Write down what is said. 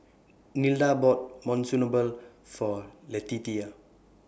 Nilda bought Monsunabe For Letitia